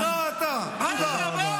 תעוף, אתה תעוף.